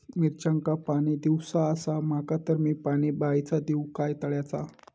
मिरचांका पाणी दिवचा आसा माका तर मी पाणी बायचा दिव काय तळ्याचा?